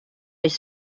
les